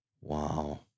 Wow